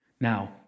Now